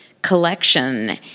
collection